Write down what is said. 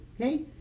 Okay